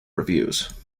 reviews